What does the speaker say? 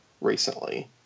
recently